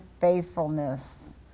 faithfulness